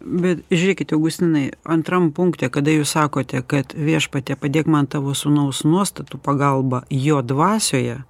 bet žiūrėkit augustinai antram punkte kada jūs sakote kad viešpatie padėk man tavo sūnaus nuostatų pagalba jo dvasioje